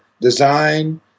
design